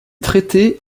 traités